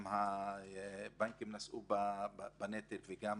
גם הבנקים נשאו בנטל וגם